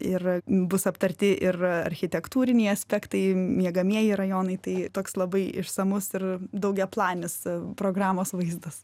ir bus aptarti ir architektūriniai aspektai miegamieji rajonai tai toks labai išsamus ir daugiaplanis programos vaizdas